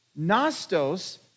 Nostos